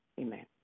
Amen